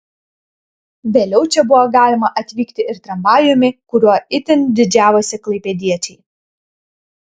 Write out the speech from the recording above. vėliau čia buvo galima atvykti ir tramvajumi kuriuo itin didžiavosi klaipėdiečiai